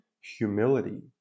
humility